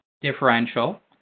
differential